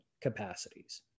capacities